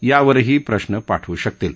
या वरही प्रश्न पाठवू शकतील